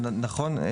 נכון,